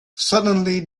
suddenly